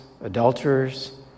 adulterers